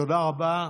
תודה רבה.